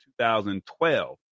2012